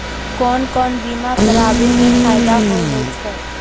कोन कोन बीमा कराबै मे फायदा होय होय छै?